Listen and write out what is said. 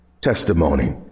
testimony